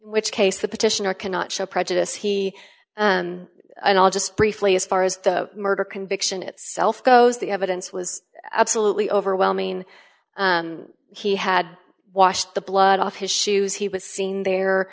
which case the petitioner cannot show prejudice he and i'll just briefly as far as the murder conviction itself goes the evidence was absolutely overwhelming he had washed the blood off his shoes he was seen there